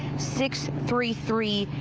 six, three, three,